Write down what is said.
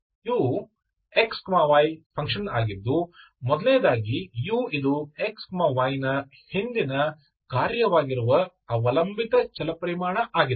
you x y ಮೊದಲನೆಯದಾಗಿ u ಇದು x y ನ ಹಿಂದಿನ ಕಾರ್ಯವಾಗಿರುವ ಅವಲಂಬಿತ ಚಲಪರಿಮಾಣ ಆಗಿದೆ